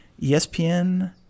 ESPN